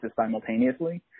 simultaneously